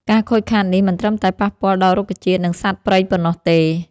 ការខូចខាតនេះមិនត្រឹមតែប៉ះពាល់ដល់រុក្ខជាតិ និងសត្វព្រៃប៉ុណ្ណោះទេ។